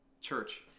church